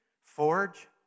Forge